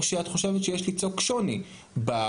או שאת חושבת שיש ליצוק שוני בקולות